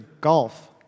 golf